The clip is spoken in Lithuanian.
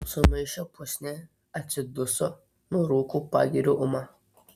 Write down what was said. sumaišė pusnį atsiduso nurūko pagiriu ūma